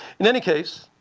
in any case,